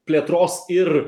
plėtros ir